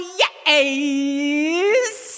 yes